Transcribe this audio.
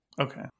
Okay